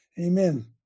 Amen